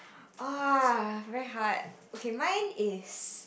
ah very hard okay mine is